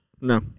No